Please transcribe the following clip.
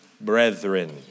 brethren